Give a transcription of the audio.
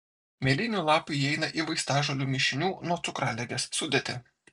mėlynių lapai įeina į vaistažolių mišinių nuo cukraligės sudėtį